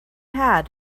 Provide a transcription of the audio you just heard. had